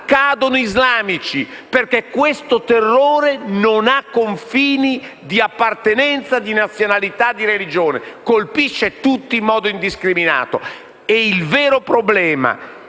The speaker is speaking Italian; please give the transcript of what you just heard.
cadono islamici, perché questo terrore non ha confini di appartenenza, di nazionalità, di religione e colpisce tutti in modo indiscriminato. Il vero problema,